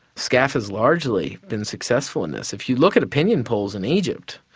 scaf has largely been successful in this. if you look at opinion polls in egypt,